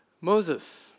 Moses